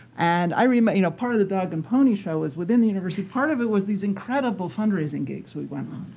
and i mean but you know part of the dog and pony show was within the university. part of it was these incredible fundraising gigs we went on.